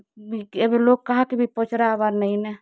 ଏବେ ଲୋକ୍ କାହାକେ ବି ପଚ୍ରାବାର୍ ନେଇଁନେ